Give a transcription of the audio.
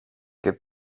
και